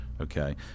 Okay